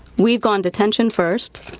we've gone to tension first,